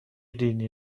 دینی